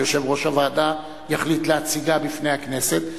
ויושב-ראש הוועדה יחליט להציגה בפני הכנסת,